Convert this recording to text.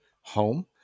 home